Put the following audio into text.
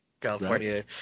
California